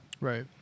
right